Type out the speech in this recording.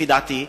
לפי דעתי,